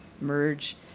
merge